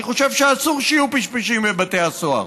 אני חושב שאסור שיהיו פשפשים בבתי הסוהר.